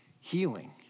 healing